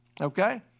Okay